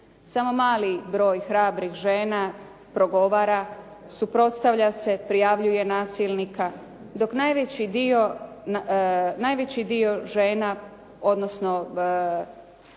Samo mali broj hrabrih žena progovara, suprotstavlja se, prijavljuje nasilnika, dok najveći dio žena odnosno